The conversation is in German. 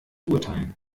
urteilen